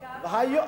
כמה?